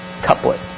couplet